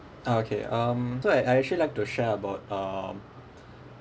ah okay um so I I actually like to share about um